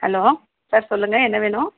hello sir சொல்லுங்கள் என்ன வேணும்